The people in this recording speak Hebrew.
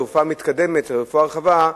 רפואה מתקדמת ורחבה,